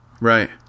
Right